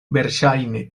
verŝajne